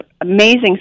amazing